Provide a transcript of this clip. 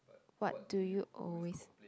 what do you always